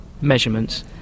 measurements